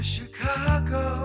Chicago